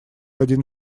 один